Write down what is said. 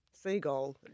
Seagull